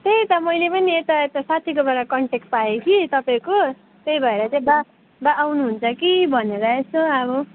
त्यही त मैले पनि यता यता साथीकोबाट कन्ट्याक पाएँ कि तपाईँको त्यही भएर चाहिँ वा वा आउनुहुन्छ कि भनेर यसो अब